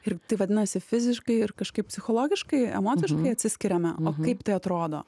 ir tai vadinasi fiziškai ir kažkaip psichologiškai emociškai atsiskiriame o kaip tai atrodo